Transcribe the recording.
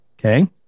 Okay